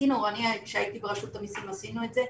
כשאני הייתי ברשות המסים עשינו את זה,